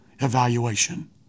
evaluation